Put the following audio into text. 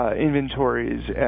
inventories